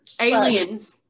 Aliens